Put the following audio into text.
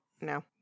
No